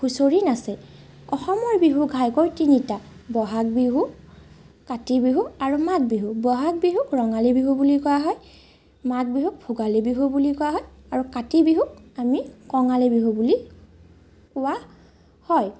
হুঁচৰি নাচে অসমৰ বিহু ঘাইকৈ তিনিটা বহাগ বিহু কাতি বিহু আৰু মাঘ বিহু বহাগ বিহু ৰঙালী বিহু বুলি কোৱা হয় মাঘ বিহুক ভোগালী বিহু বুলি কোৱা হয় আৰু কাতি বিহুক আমি কঙালী বিহু বুলি কোৱা হয়